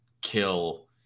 kill